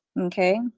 Okay